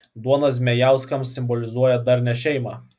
duona zmejauskams simbolizuoja darnią šeimą